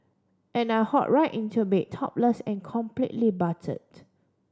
and I hop right into bed topless and completely buttered